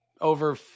Over